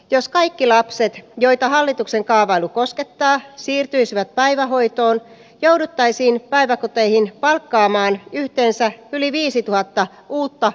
jos kaikki lapset joita hallituksen kaavailu koskettaa siirtyisivät päivähoitoon ja ryppäisiin päiväkoteihin palkkaamaan yhteensä yli viisituhatta uutta